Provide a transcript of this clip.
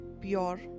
pure